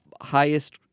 highest